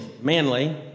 manly